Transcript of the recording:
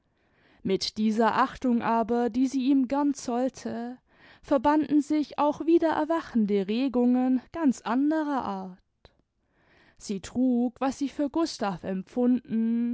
mit dieser achtung aber die sie ihm gern zollte verbanden sich auch wiedererwachende regungen ganz anderer art sie trug was sie für gustav empfunden